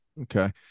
Okay